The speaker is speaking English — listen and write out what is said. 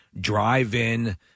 drive-in